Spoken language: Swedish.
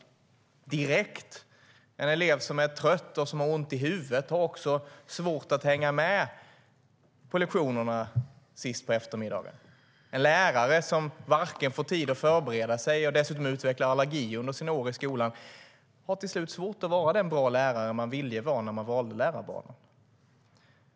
Det påverkar direkt: En elev som är trött och har ont i huvudet har svårt att hänga med på lektionerna sist på eftermiddagen, och en lärare som inte har tid att förbereda sig och dessutom utvecklar allergi under sina år i skolan har till slut svårt att vara den bra lärare man ville vara när man valde lärarbanan.